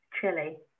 chili